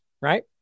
right